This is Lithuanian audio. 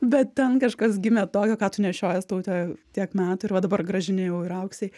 bet ten kažkas gimė tokio ką tu nešiojies taute tiek metų ir va dabar grąžini jau ir auksei